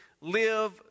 live